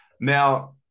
Now